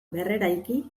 berreraiki